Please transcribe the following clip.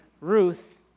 Ruth